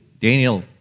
Daniel